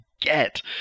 get